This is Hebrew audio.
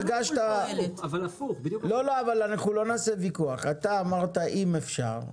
לא אבל אנחנו לא נעשה ויכוח, אתה אמרת אם אפשר,